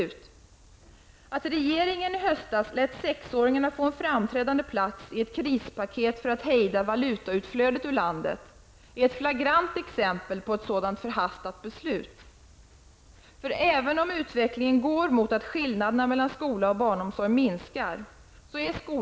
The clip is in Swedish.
Ett flagrant exempel på ett sådant förhastat beslut är att regeringen i höstas lät sexåringarna få en framträdande plats i ett krispaket för att hejda valutautflödet ur landet. Skolan är, enligt vår mening, ännu inte mogen att ta emot hela årskullar med sexåringar, även om utvecklingen går mot att skillnaderna mellan skola och barnomsorg minskar.